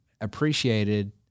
appreciated